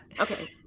Okay